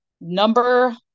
number